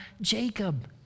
Jacob